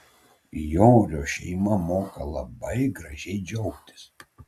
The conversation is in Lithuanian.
jorio šeima moka labai gražiai džiaugtis